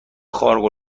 خارق